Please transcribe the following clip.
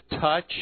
touch